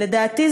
לדעתי,